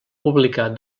publicar